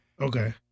Okay